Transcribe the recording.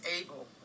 able